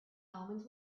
omens